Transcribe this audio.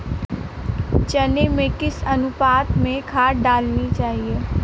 चने में किस अनुपात में खाद डालनी चाहिए?